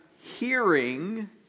hearing